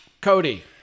Cody